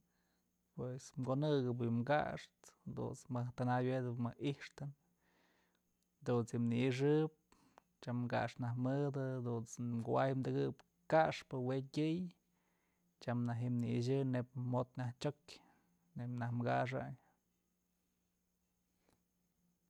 Pues konëpëp yëm kaxtë jadunt's mëj tanabyëdëp ma i'ixtën dunt's ji'im nayxëp tyam kaxtë najtyë mëdë dunt's kuay tëkëp kaxpë wën tyëy tyam naj jim nayxë neyb jot najk chyok neyb naj kaxayn.